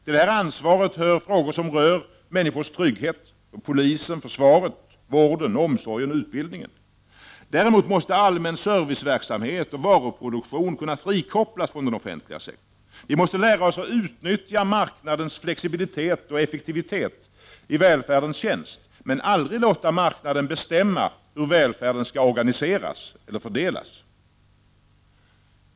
Till detta ansvar hör frågor som rör människors trygghet, polisen och försvaret men även vården, omsorgen och utbildningen. Däremot måste allmän serviceverksamhet och varuproduktion kunna frikopplas från den offentliga sektorn. Vi måste lära oss att utnyttja marknadens flexibilitet och effektivitet i välfärdens tjänst, men aldrig låta marknaden bestämma hur välfärden skall organiseras eller fördelas.